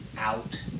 Out